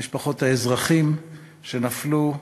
למשפחות האזרחים שנפלו במערכה.